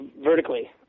Vertically